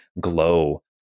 glow